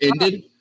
ended